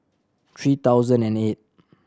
three thousand and eight